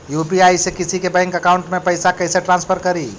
UPI से किसी के बैंक अकाउंट में पैसा कैसे ट्रांसफर करी?